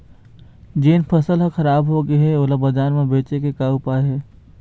जोन फसल हर खराब हो गे हे, ओला बाजार म बेचे के का ऊपाय हे?